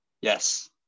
Yes